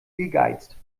gegeizt